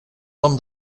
nom